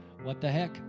what-the-heck